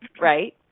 right